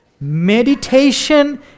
meditation